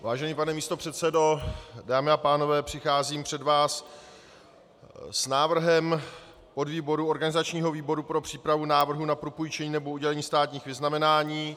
Vážený pane místopředsedo, dámy a pánové, přicházím před vás s návrhem podvýboru organizačního výboru pro přípravu návrhů na propůjčení nebo udělení státních vyznamenání.